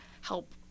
help